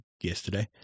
yesterday